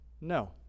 No